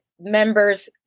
members